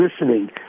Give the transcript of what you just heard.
listening